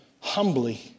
humbly